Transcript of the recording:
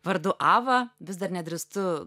vardu ava vis dar nedrįstu